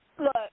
Look